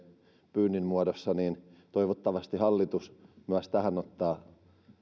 pyynnin muodossa niin haluaisin kommentoida että toivottavasti hallitus ottaa